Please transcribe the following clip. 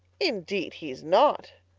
indeed he's not,